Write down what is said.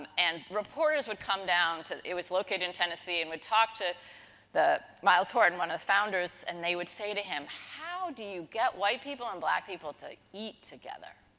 um and, reporters would come down, it was located in tennessee, and would talk to the, myles horton, one of the founders, and they would say to him. how do you get white people and black people to eat together?